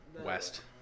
west